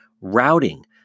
routing